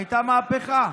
הייתה מהפכה.